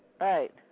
Right